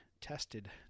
Tested